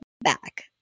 back